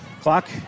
clock